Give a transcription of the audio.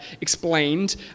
explained